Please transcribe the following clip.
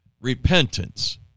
repentance